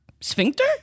sphincter